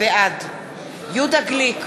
בעד יהודה גליק,